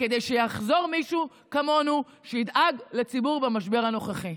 כדי שיחזור מישהו כמונו שידאג לציבור במשבר הנוכחי.